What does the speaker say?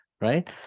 right